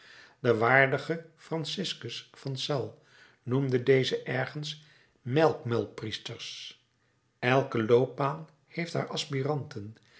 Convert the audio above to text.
de waardige franciscus van sales noemt dezen ergens melkmuilpriesters elke loopbaan heeft haar aspiranten